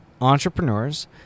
entrepreneurs